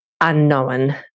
unknown